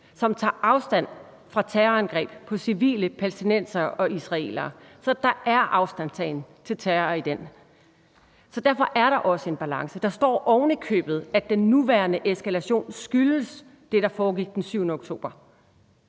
som tager afstand fra terrorangreb på civile palæstinensere og israelere. Så der er afstandstagen til terror i den tekst, og derfor er der også en balance. Der står ovenikøbet, at den nuværende eskalation skyldes det, der foregik den 7. oktober.